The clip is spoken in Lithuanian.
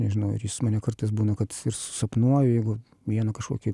nežinau ar jis mane kartais būna kad susapnuoju jeigu vieną kažkokį